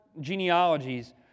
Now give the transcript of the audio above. genealogies